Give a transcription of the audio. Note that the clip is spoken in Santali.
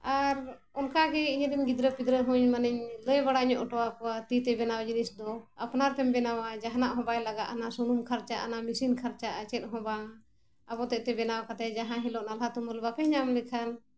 ᱟᱨ ᱚᱱᱠᱟᱜᱮ ᱤᱧ ᱨᱮᱱ ᱜᱤᱫᱽᱨᱟᱹ ᱯᱤᱫᱽᱨᱟᱹ ᱦᱚᱸᱧ ᱢᱟᱱᱮᱧ ᱞᱟᱹᱭ ᱵᱟᱲᱟ ᱧᱚᱜ ᱦᱚᱴᱚ ᱟᱠᱚᱣᱟ ᱛᱤ ᱛᱮ ᱵᱮᱱᱟᱣ ᱡᱤᱱᱤᱥ ᱫᱚ ᱟᱯᱱᱟᱨ ᱯᱮᱢ ᱵᱮᱱᱟᱣᱟ ᱡᱟᱦᱟᱱᱟᱜ ᱦᱚᱸ ᱵᱟᱭ ᱞᱟᱜᱟᱜᱼᱟ ᱥᱩᱱᱩᱢ ᱠᱷᱚᱨᱪᱟᱜ ᱱᱟ ᱢᱮᱥᱤᱱ ᱠᱷᱟᱨᱪᱟᱜᱼᱟ ᱪᱮᱫ ᱦᱚᱸ ᱵᱟᱝ ᱟᱵᱚᱛᱮᱜ ᱛᱮ ᱵᱮᱱᱟᱣ ᱠᱟᱛᱮᱫ ᱡᱟᱦᱟᱸ ᱦᱤᱞᱳᱜ ᱱᱟᱞᱦᱟ ᱛᱩᱢᱟᱹᱞ ᱵᱟᱯᱮ ᱧᱟᱢ ᱞᱮᱠᱷᱟᱱ